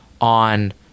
on